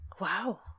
Wow